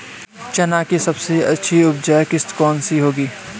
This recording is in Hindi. चना की सबसे अच्छी उपज किश्त कौन सी होती है?